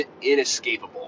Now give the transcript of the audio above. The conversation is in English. inescapable